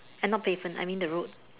and not pavement I mean the roada